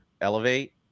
elevate